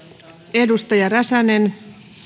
edustaja räsänen